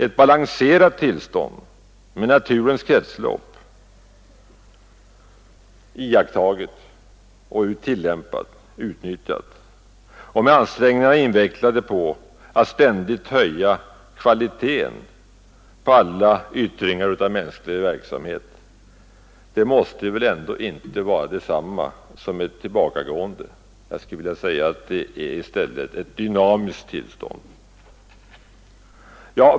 Ett balanserat tillstånd med naturens kretslopp iakttaget och utnyttjat och med ansträngningarna inriktade på att ständigt höja kvaliteten på alla yttringar av mänsklig verksamhet — det måste väl ändå inte vara detsamma som ett tillbakagående. Jag skulle vilja säga att det i stället är ett dynamiskt tillstånd.